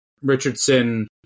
Richardson